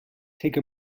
take